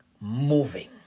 moving